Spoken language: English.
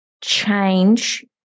change